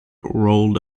rolled